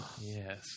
Yes